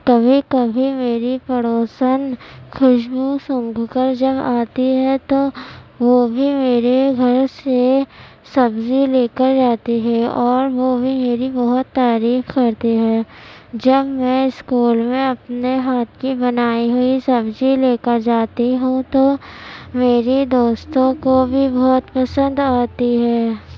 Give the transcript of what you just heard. کبھی کبھی میری پڑوسن خوشبو سونگھ کر جب آتی ہے تو وہ بھی میرے گھر سے سبزی لے کر جاتی ہے اور وہ بھی میری بہت تعریف کرتی ہے جب میں اسکول میں اپنے ہاتھ کی بنائی ہوئی سبزی لے کر جاتی ہوں تو میری دوستوں کو بھی بہت پسند آتی ہے